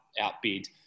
outbid